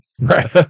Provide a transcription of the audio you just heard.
Right